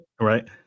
Right